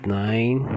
nine